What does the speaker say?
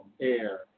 air